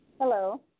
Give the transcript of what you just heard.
Hello